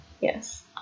Yes